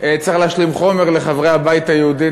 צריך להשלים חומר לחברי הבית היהודי,